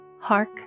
Hark